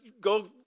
go